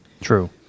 True